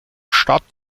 stadt